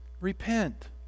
Repent